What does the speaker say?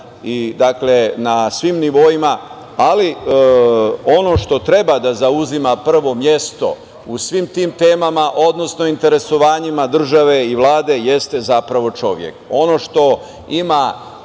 dakle, na svim nivoima, ali ono što treba da zauzima prvo mesto u svim tim temama, odnosno interesovanjima države i Vlade jeste zapravo čovek. Ono što ima